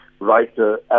writer